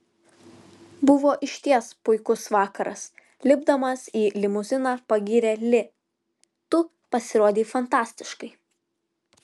buvo išties puikus vakaras lipdamas į limuziną pagyrė li tu pasirodei fantastiškai